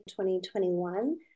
2021